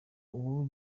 ububi